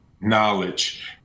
knowledge